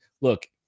Look